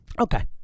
Okay